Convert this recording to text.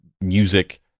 music